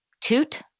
toot